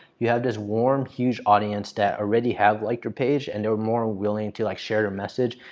you have this warm huge audience that already have liked your page. and they're more willing to like share your message.